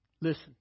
Listen